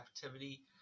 captivity